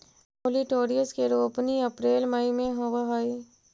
olitorius के रोपनी अप्रेल मई में होवऽ हई